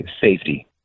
safety